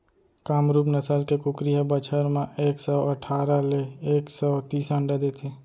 कामरूप नसल के कुकरी ह बछर म एक सौ अठारा ले एक सौ तीस अंडा देथे